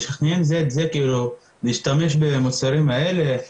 משכנעים זה את זה להשתמש במוצרים האלה.